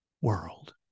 world